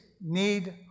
need